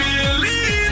believe